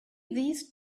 these